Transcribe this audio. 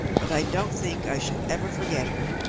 but i don't think i shall ever forget her.